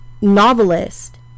novelist